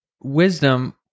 wisdom